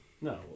No